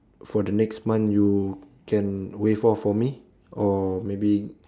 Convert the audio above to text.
for the next month you can waive off for me or maybe